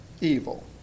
evil